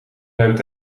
ruimt